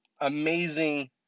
amazing